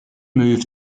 moved